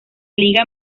liga